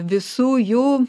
visų jų